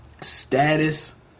status